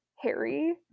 Harry